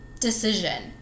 decision